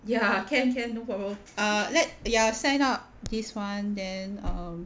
ya can can no problem ah let ya sign up this [one] then ah